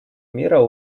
мира